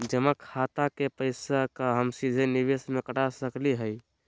जमा खाता के पैसा का हम सीधे निवेस में कटा सकली हई?